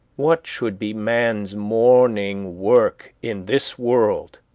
what should be man's morning work in this world?